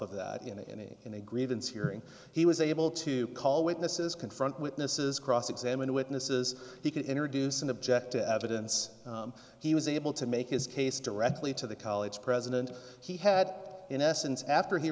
of that in a in a grievance hearing he was able to call witnesses confront witnesses cross examine witnesses he could introduce an objective evidence he was able to make his case directly to the college president he had in essence after he